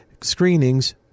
screenings